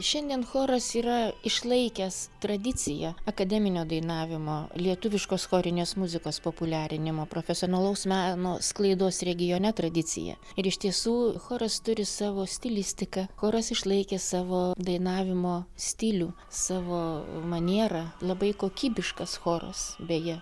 šiandien choras yra išlaikęs tradiciją akademinio dainavimo lietuviškos chorinės muzikos populiarinimo profesionalaus meno sklaidos regione tradiciją ir iš tiesų choras turi savo stilistiką choras išlaikė savo dainavimo stilių savo manierą labai kokybiškas choras beje